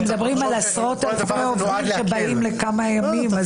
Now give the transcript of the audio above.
אנחנו מדברים על עשרות אלפי עובדים שבאים לכמה ימים.